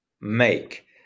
make